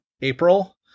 April